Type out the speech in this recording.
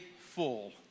full